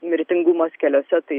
mirtingumas keliuose tai